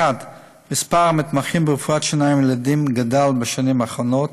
1. מספר המתמחים ברפואת שיניים לילדים גדל בשנים האחרונות,